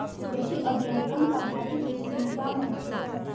कृषि अभियंत्रण का भारतीय कृषि में क्या महत्व है?